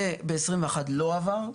זה ב-2021 לא עבר,